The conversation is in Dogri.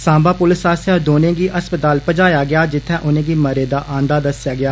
सांबा पुलस आसेआ दौने गी अस्पताल पजाया गेआ जित्थै उनेंगी मरे दा आंदा दस्सेआ गेआ